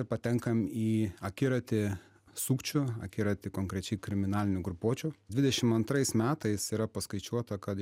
patenkam į akiratį sukčių akiratį konkrečiai kriminalinių grupuočių dvidešim antrais metais yra paskaičiuota kad